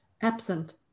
Absent